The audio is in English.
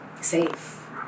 safe